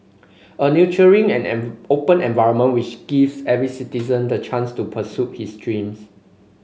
a nurturing and an open environment which gives every citizen the chance to pursue his dreams